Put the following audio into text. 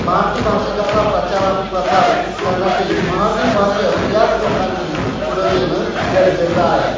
मराठी भाषिकाचा प्रचार आणि प्रसार करण्यासाठी मराठी भाषक याच लोकांनी पुढं येणं गरजेचं आहे